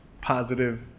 positive